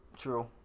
true